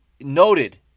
noted